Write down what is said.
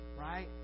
right